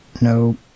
no